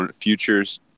futures